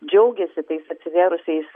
džiaugiasi tais atsivėrusiais